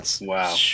Wow